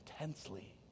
intensely